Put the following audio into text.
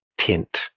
tint